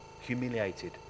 humiliated